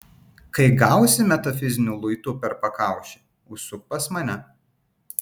kai gausi metafiziniu luitu per pakaušį užsuk pas mane